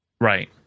right